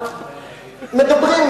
מדברים,